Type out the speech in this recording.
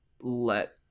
let